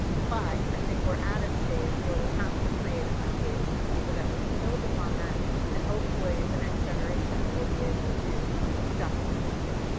but i think we're at a stage where we have to create a foundation so that we can build upon that and hopefully the next generation will be able to just lead,